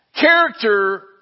Character